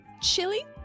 Chili